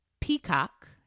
Peacock